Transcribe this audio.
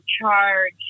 charge